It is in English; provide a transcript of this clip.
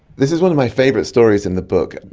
this is one of my favourite stories in the book. and